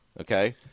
Okay